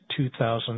2000